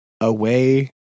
away